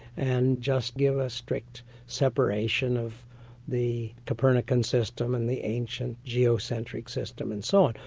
and just give a strict separation of the copernican system and the ancient geocentric system and so on.